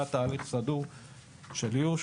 היה תהליך סדור של איוש,